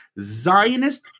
Zionist